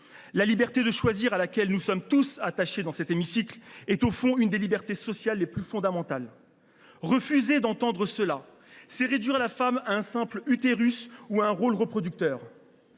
La liberté de choisir, à laquelle nous sommes tous attachés dans cet hémicycle, est, au fond, l’une des libertés sociales les plus fondamentales. Refuser de l’entendre, c’est réduire la femme à un simple utérus et à un rôle reproducteur.